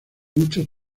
muchos